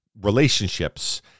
relationships